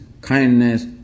kindness